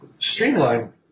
streamline